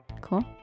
Cool